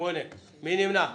מי נמנע?